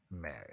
married